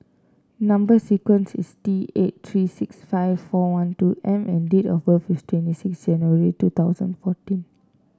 number sequence is T eight three six five four one two M and date of birth is twenty six January two thousand and fourteen